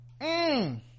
mmm